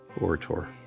orator